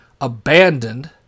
abandoned